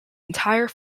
entire